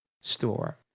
store